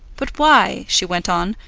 but why, she went on,